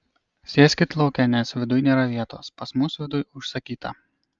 sėskit lauke nes viduj nėra vietos pas mus viduj užsakyta